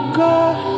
god